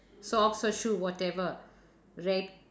socks or shoe whatever red